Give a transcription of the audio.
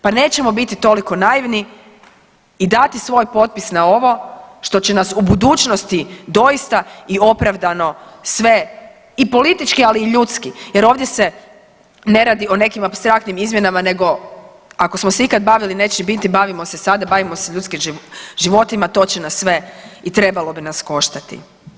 Pa nećemo biti toliko naivni i dati svoj potpis na ovo što će nas u budućnosti doista i opravdano sve i politički, ali i ljudski jer ovdje se ne radi o nekim apstraktnim izmjenama nego ako smo se ikad bavili nečim bitnim, bavimo se sada, bavimo se ljudskim životima to će nas sve i trebalo bi nas koštati.